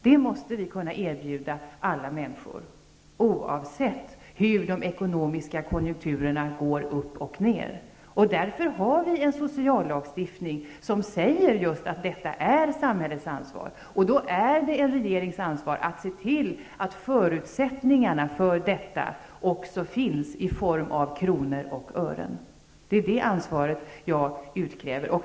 Det måste vi kunna erbjuda alla människor, oavsett om de ekonomiska konjunkturerna går upp eller ned. Därför har vi en sociallagstiftning i vilken det sägs att detta är samhällets ansvar. Då är det en regerings ansvar att se till att förutsättningarna för detta också finns i form av kronor och ören. Det är detta ansvar som jag utkräver.